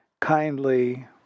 kindly